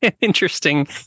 interesting